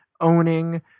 owning